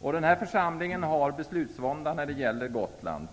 Den här församlingen har beslutsvånda när det gäller Gotland.